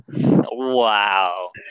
wow